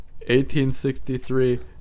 1863